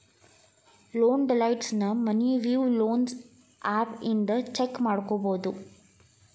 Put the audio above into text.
loan ಡೇಟೈಲ್ಸ್ನ Money View loans app ಇಂದ check ಮಾಡ್ಕೊಬೋದು